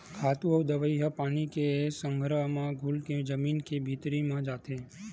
खातू अउ दवई ह पानी के संघरा म घुरके जमीन के भीतरी म जाथे